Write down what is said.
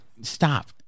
Stop